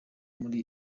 muri